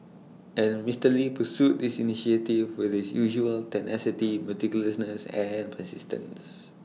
and Mister lee pursued this initiative with his usual tenacity meticulousness and persistence